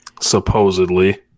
Supposedly